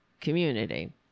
community